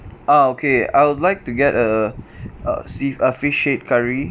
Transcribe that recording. ah okay I would like to get a uh sea~ uh fish head curry